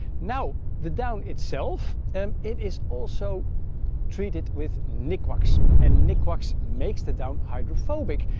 now, the down itself, um it is also treated with nikwax, and nikwax makes the down hydrophobic,